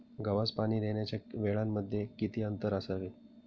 गव्हास पाणी देण्याच्या वेळांमध्ये किती अंतर असावे?